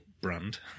brand